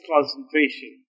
concentration